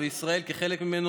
וישראל כחלק ממנו,